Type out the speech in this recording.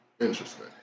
Interesting